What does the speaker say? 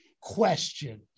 question